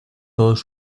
todos